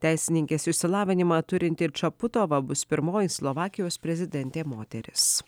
teisininkės išsilavinimą turinti ir čaputova bus pirmoji slovakijos prezidentė moteris